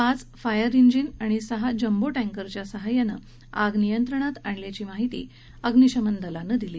पाच fire engine आणि सहा जम्बो टँकरच्या साहाय्यानं आग नियंत्रणात आणल्याची माहिती अग्निशमन अधिकाऱ्यांनी दिली